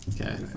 Okay